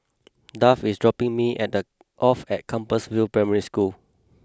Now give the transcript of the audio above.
Duff is dropping me at the off at Compassvale Primary School